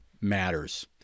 matters